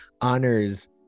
honors